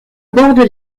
borde